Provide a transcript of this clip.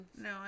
No